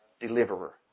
Deliverer